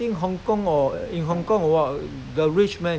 they tried to bring their kid go to the area